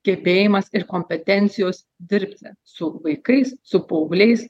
gebėjimas ir kompetencijos dirbti su vaikais su paaugliais